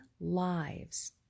lives